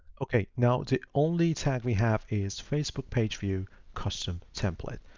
okay, now the only tag we have is facebook page view custom template.